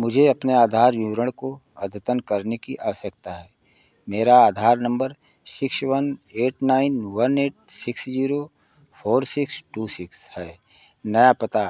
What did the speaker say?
मुझे अपने आधार विवरण को अद्यतन करने की आवश्यकता है मेरा Aadhaar number six one eight nine one eight सइ zero four six two six है नया पता